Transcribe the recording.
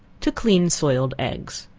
to clean soiled eggs.